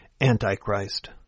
Antichrist